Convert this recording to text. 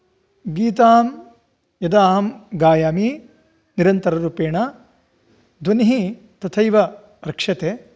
गीतां यदा अहं गायामि निरन्तररूपेण ध्वनिः तथैव रक्षते